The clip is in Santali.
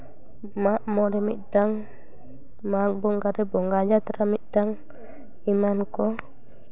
ᱢᱟᱜ ᱢᱚᱬᱮ ᱢᱤᱫᱴᱟᱱ ᱢᱟᱜᱽ ᱵᱚᱸᱜᱟᱨᱮ ᱵᱚᱸᱜᱟ ᱡᱟᱛᱨᱟ ᱢᱤᱫᱴᱟᱱ ᱮᱢᱟᱱ ᱠᱚ